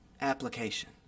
application